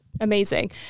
amazing